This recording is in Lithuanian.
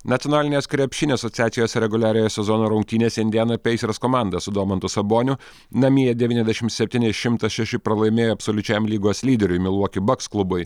nacionalinės krepšinio asociacijos reguliariojo sezono rungtynės indianoj peisers komanda su domantu saboniu namie devyniasdešimt septyni šimtas šeši pralaimėjo absoliučiam lygos lyderiui milvuoki baks klubui